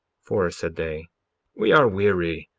for, said they we are weary,